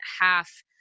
half